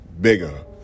bigger